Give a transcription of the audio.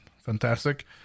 fantastic